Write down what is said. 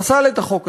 פסל את החוק הזה.